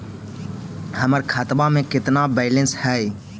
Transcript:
हमर खतबा में केतना बैलेंस हई?